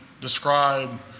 describe